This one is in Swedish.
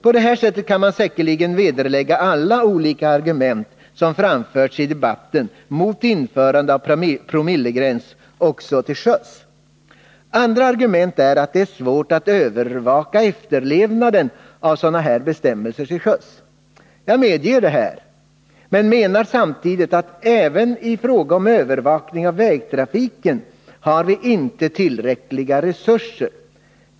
På det här sättet kan man säkerligen vederlägga alla olika argument som framförts i debatten mot införande av en promillegräns också till sjöss. Andra argument är att det är svårt att övervaka efterlevnaden av sådana här bestämmelser till sjöss. Jag medger detta, men jag vill samtidigt peka på att vi inte heller i fråga om övervakningen av vägtrafiken har tillräckliga resurser.